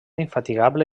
infatigable